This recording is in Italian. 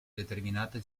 determinate